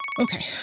Okay